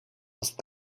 was